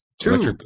Two